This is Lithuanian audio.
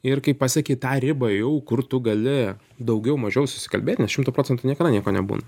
ir kai pasieki tą ribą jau kur tu gali daugiau mažiau susikalbėt nes šimtu procentų niekada nieko nebūna